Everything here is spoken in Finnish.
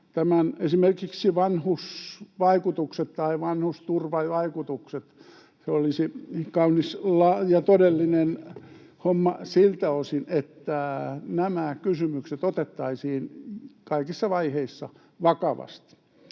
esimerkiksi vanhusvaikutukset tai vanhusturvavaikutukset. Se olisi kaunis ja todellinen homma siltä osin, että nämä kysymykset otettaisiin kaikissa vaiheissa vakavasti.